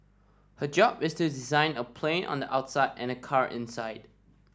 his job is to design a plane on the outside and a car inside